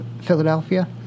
Philadelphia